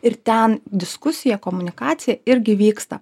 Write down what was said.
ir ten diskusija komunikacija irgi vyksta